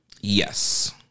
Yes